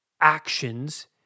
actions